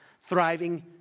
thriving